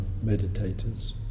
meditators